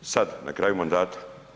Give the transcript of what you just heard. Sada na kraju mandata?